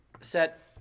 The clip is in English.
set